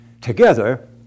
Together